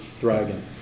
dragon